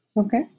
Okay